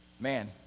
man